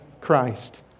Christ